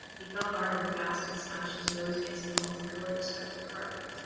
he fell hard and fast and smashed his nose against the multicolored speckled carpet.